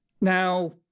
Now